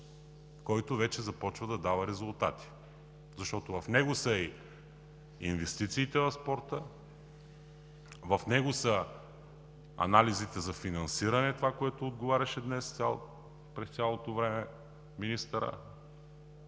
който вече започва да дава резултати. Защото в него са и инвестициите в спорта, в него са анализите за финансиране – това, на което отговаряше днес през цялото време министърът,